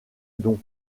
don